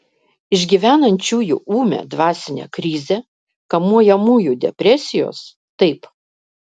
išgyvenančiųjų ūmią dvasinę krizę kamuojamųjų depresijos taip